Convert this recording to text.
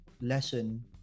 lesson